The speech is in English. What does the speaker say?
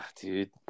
dude